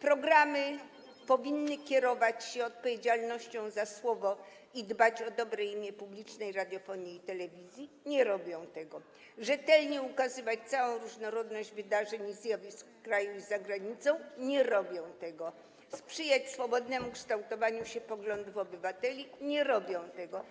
programy powinny: kierować się odpowiedzialnością za słowo i dbać o dobre imię publicznej radiofonii i telewizji - nie robią tego, rzetelnie ukazywać całą różnorodność wydarzeń i zjawisk w kraju i za granicą - nie robią tego, sprzyjać swobodnemu kształtowaniu się poglądów obywateli - nie robią tego.